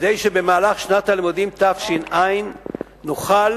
כדי שבמהלך שנת הלימודים תש"ע נוכל